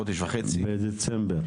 חודש וחצי בדצמבר.